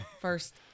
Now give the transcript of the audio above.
first